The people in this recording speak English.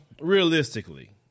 realistically